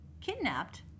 kidnapped